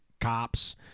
cops